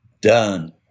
Done